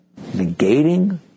Negating